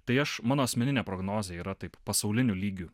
tai aš mano asmeninė prognozė yra taip pasauliniu lygiu